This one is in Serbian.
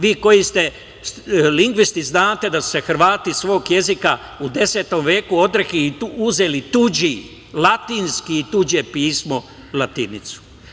Vi koji ste lingvisti znate da su se Hrvati svog jezika u 10. veku odrekli i uzeli tuđi latinski i tuđe pismo latinicu.